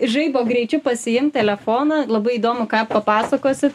žaibo greičiu pasiimt telefoną labai įdomu ką papasakosi